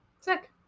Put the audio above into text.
Sick